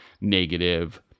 negative